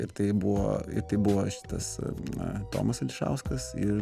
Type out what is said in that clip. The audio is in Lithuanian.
ir tai buvo ir tai buvo šitas na tomas ališauskas ir